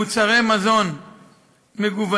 מוצרי מזון מגוונים,